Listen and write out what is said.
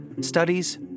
Studies